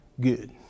good